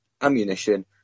ammunition